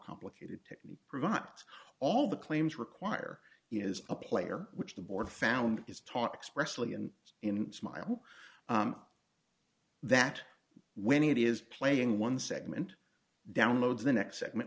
complicated technique provide not all the claims require is a player which the board found is top expressively and in smile that when it is playing one segment downloads the next segment